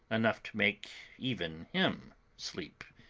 enough to make even him sleep,